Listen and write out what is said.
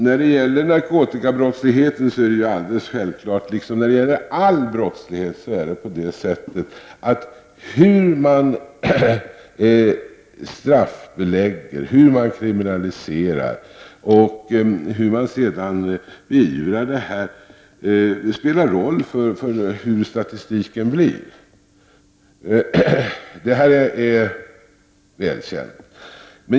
När det gäller narkotikabrottsligheten är det självfallet, liksom vid all annan brottslighet, så att hur man straffbelägger, hur man kriminaliserar och hur man sedan beivrar detta spelar roll för vilken statistik man får. Det är väl känt.